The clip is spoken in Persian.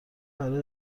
برای